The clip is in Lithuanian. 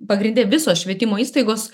pagrinde visos švietimo įstaigos